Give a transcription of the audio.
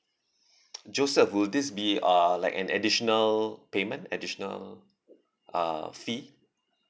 joseph will this be uh like an additional payment additional uh fee